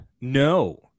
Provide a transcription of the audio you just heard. No